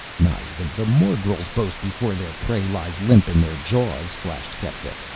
not even the morgels boast before their prey lies limp in their jaws, flashed kepta.